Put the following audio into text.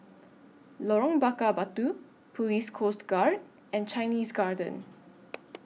Lorong Bakar Batu Police Coast Guard and Chinese Garden